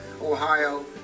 Ohio